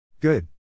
Good